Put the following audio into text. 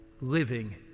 living